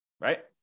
right